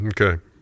Okay